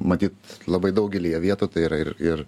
matyt labai daugelyje vietų tai yra ir ir